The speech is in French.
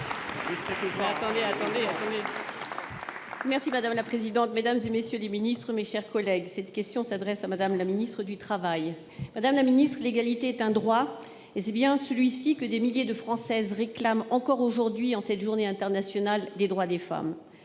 socialiste et républicain. Mesdames et messieurs les ministres, mes chers collègues, ma question s'adresse à Mme la ministre du travail. Madame la ministre, l'égalité est un droit, et c'est bien ce droit que des milliers de Françaises réclament encore aujourd'hui en cette Journée internationale pour le droit des femmes.